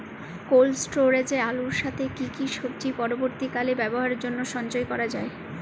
Cold স্টোরেজে আলুর সাথে কি কি সবজি পরবর্তীকালে ব্যবহারের জন্য সঞ্চয় করা যায়?